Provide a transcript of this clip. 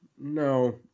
no